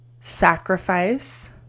sacrifice